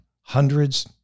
hundreds